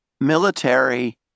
military